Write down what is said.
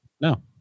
No